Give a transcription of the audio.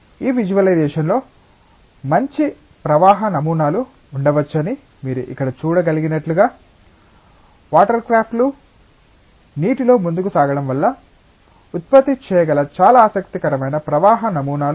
ఈ విజువలైజేషన్లో మంచి ప్రవాహ నమూనాలు ఉండవచ్చని మీరు ఇక్కడ చూడగలిగినట్లుగా వాటర్క్రాఫ్ట్లు నీటిలో ముందుకు సాగడం వల్ల ఉత్పత్తి చేయగల చాలా ఆసక్తికరమైన ప్రవాహ నమూనాలు